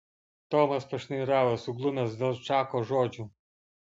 tomas pašnairavo suglumęs dėl čako žodžių